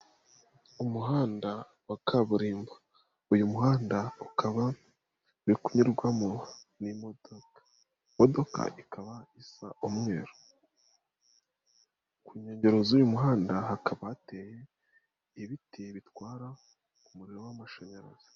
Umuhanda wa kaburimbo. Uyu muhanda ukaba uri kunyurwamo n'imodoka. Imodoka ikaba isa umweru. Ku nkengero z'uyu muhanda hakaba hateye, ibiti bitwara umuriro w'amashanyarazi.